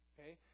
Okay